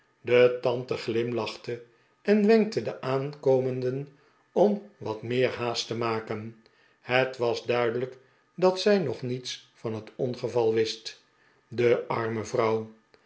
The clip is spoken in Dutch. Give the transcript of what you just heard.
de tante glimlachte en wenkte de aankomenden om wat meer haast te maken het was duidelijk dat zij nog niets van het ongevalwist de arme vrouwl